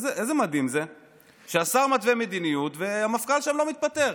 איזה מדהים זה שהשר מתווה מדיניות והמפכ"ל שם לא מתפטר.